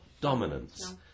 dominance